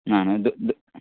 ना माय दो दो